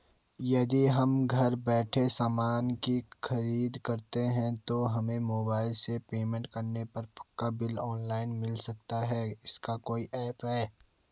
यदि हम घर बैठे सामान की खरीद करते हैं तो हमें मोबाइल से पेमेंट करने पर पक्का बिल ऑनलाइन मिल सकता है इसका कोई ऐप है